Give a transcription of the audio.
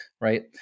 right